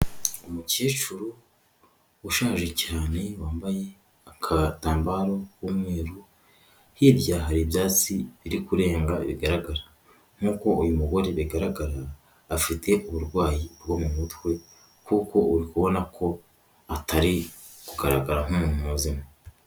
Umukecuru ushaje cyane wambaye agatambaro k'umweru, hirya hari ibyatsi biri kurenga bigaragara. Nk'uko uyu mugore bigaragara afite uburwayi bwo mu mutwe, kuko uri kubona ko atari kugaragara nk'umuntu muzima.